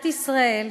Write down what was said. מדוע הוא מיאן להתנחם,